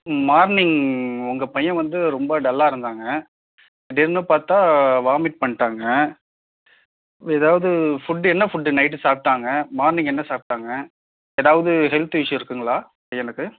morning உங்கள் பையன் வந்து ரொம்ப டல்லாக இருந்தாங்க திடீர்ன்னு பார்த்தா வாமிட் பண்ணிவிட்டாங்க எதாவது ஃபுட் என்ன ஃபுட் நைட்டு சாப்பிடாங்க மார்னிங் என்ன சாப்பிடாங்க எதாவது ஹெல்த் இஸ்யூ இருக்குங்களா பையனுக்கு